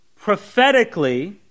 prophetically